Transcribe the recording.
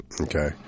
okay